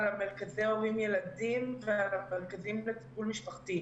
על מרכזי הורים ילדים ועל המרכזים לטיפול משפחתי,